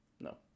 No